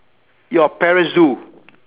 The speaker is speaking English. your parents do